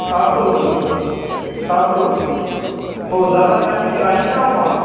سات سو روپئے سات سو روپئے تو زیادہ ٹائم نہیں لگائیں گی نا آپ وہاں